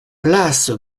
place